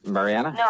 Mariana